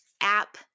app